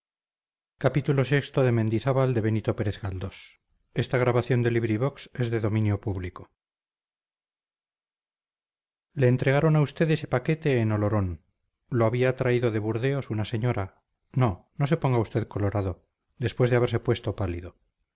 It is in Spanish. le entregaron a usted ese paquete en olorón lo había traído de burdeos una señora no no se ponga usted colorado después de haberse puesto pálido